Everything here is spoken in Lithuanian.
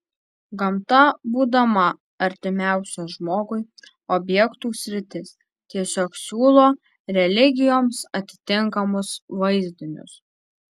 gamta būdama artimiausia žmogui objektų sritis tiesiog siūlo religijoms atitinkamus vaizdinius